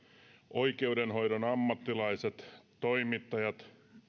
oikeudenhoidon ammattilaiset toimittajat